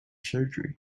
surgery